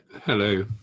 Hello